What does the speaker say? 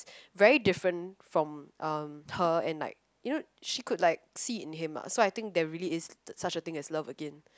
very different from um her and like you know she could like see it in him ah so I think there really is such a thing as love again